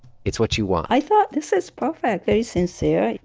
it's what you want i thought, this is perfect, very sincere.